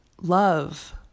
love